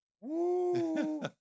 Woo